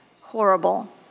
horrible